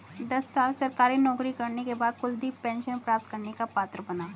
दस साल सरकारी नौकरी करने के बाद कुलदीप पेंशन प्राप्त करने का पात्र बना